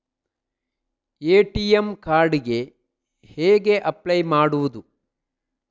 ATM card ಗೆ ಹೇಗೆ apply ಮಾಡುವುದು?